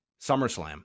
SummerSlam